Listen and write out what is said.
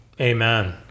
amen